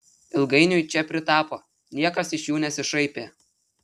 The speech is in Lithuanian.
ilgainiui čia pritapo niekas iš jų nesišaipė